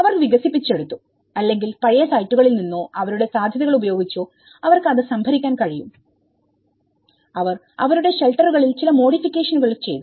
അവർ വികസിപ്പിച്ചെടുത്തു അല്ലെങ്കിൽ പഴയ സൈറ്റുകളിൽ നിന്നോ അവരുടെ സാധ്യതകളുപയോഗിച്ചോ അവർക്ക് അത് സംഭരിക്കാൻ കഴിയും അവർ അവരുടെ ഷെൽട്ടറുകളിൽ ചില മോഡിഫിക്കേഷനുകൾ ചെയ്തു